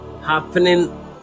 happening